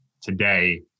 today